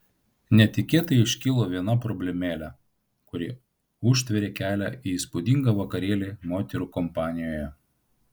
netikėtai iškilo viena problemėlė kuri užtvėrė kelią į įspūdingą vakarėlį moterų kompanijoje